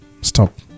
Stop